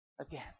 again